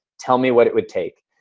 tell me what it would take.